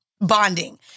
bonding